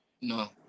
No